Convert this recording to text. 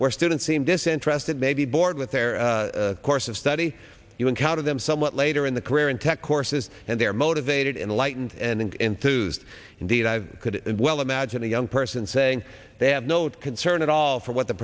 where students seemed disinterested maybe bored with their course of study you encounter them somewhat later in the career in tech courses and they're motivated in the light and enthused indeed i could well imagine a young person saying they have no concern at all for what the